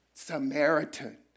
Samaritan